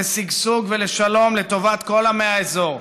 לשגשוג ולשלום לטובת כל עמי האזור.